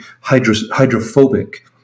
hydrophobic